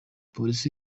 polisi